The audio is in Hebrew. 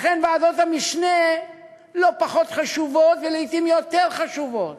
לכן ועדות המשנה לא פחות חשובות ולעתים יותר חשובות